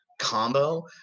combo